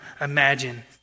imagine